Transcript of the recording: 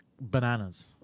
bananas